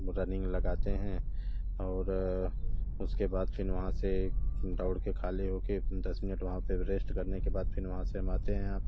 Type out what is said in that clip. running लगाते हैं और उसके बाद फिर वहाँ से दौड़ के खाली हो के दस मिनट रेस्ट करने के बाद फिर हम वहाँ से आते हैं